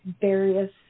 various